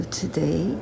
today